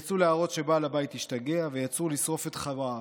הם יצאו להראות שבעל הבית השתגע ויצאו לשרוף את חווארה.